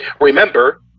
Remember